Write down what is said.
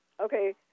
Okay